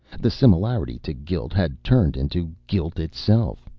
the similarity to guilt had turned into guilt itself.